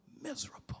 miserable